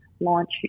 launch